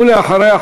ואחריה,